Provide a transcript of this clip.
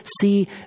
see